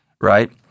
right